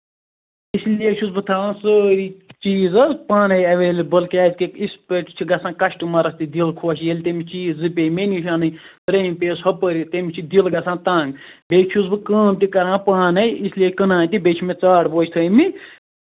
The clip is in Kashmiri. اِسی لیے چھُس بہٕ تھاوان سٲری چیٖز حظ پانَے ایوِلیبٕل کیٛازِ کہِ یِتھٕ پٲٹھۍ چھُ گژھان کَسٹمَرَس تہِ دِل خۄش ییٚلہِ تٔمِس چیٖز زٕ پیٚیہِ مےٚ نِش اَنٕنۍ ترییٚم پیٚیَس ہُپٲرۍ تٔمِس چھُ دِل گژھان تَنگ بیٚیہِ چھُس بہٕ کٲم تہِ کران پانَے اس لیے کٕنان تہِ بیٚیہِ چھِ مےٚ ژاٹھ باج تھٲومٕتۍ